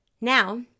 Now